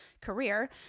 career